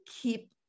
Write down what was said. keep